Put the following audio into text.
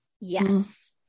Yes